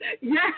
Yes